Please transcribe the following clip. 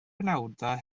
penawdau